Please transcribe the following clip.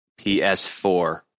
PS4